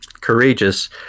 Courageous